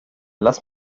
lass